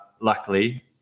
luckily